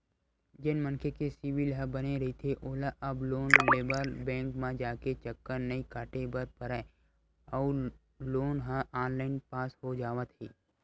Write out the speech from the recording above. जेन मनखे के सिविल ह बने रहिथे ओला अब लोन लेबर बेंक म जाके चक्कर नइ काटे बर परय अउ लोन ह ऑनलाईन पास हो जावत हे